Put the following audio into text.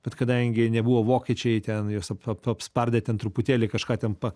bet kadangi nebuvo vokiečiai ten juos pa pa apspardė ten truputėlį kažką ten pa